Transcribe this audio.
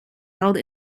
held